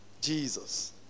Jesus